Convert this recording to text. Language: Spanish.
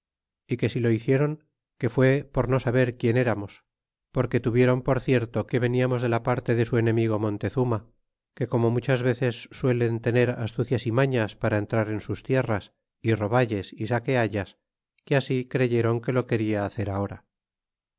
y que si lo hiciéron que fué por no saber quien eramos porque tuviéron por cierto que veniamos de la parte de su enemigo montezuma que como muchas veces suelen tener astucias y mañas para entrar en sus tierras y roballes y saqueallas que así creyeron que lo guaja hacer ahora